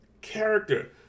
character